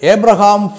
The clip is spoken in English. Abraham